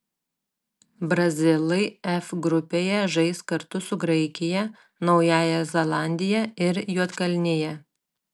brazilai f grupėje žais kartu su graikija naująja zelandija ir juodkalnija